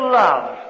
love